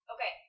Okay